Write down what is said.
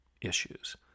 issues